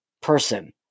person